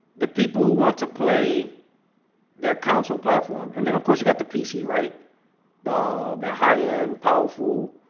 the people who want to play their console platform and then of course, you've got the pc, right the the high-end powerful,